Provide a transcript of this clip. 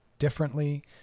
differently